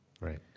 Right